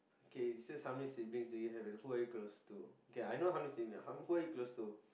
okay it says how many siblings do you have and who are you close to okay I know how many siblings who are you close to